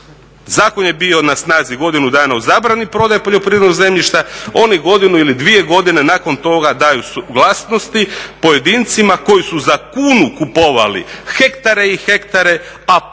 Zakon je bio na snazi godinu dana o zabrani prodaje poljoprivrednog zemljišta, oni godinu ili dvije godine nakon toga daju suglasnost pojedincima koji su za kunu kupovali hektare i hektare, a potom npr.